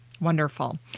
Wonderful